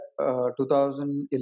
2011